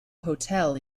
hotel